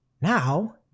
now